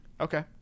Okay